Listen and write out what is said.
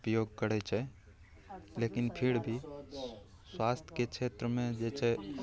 उपयोग करै छै लेकिन फिर भी स्वास्थ्यके क्षेत्रमे जे छै